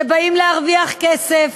שבאים להרוויח כסף,